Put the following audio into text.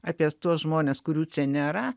apie tuos žmones kurių čia nėra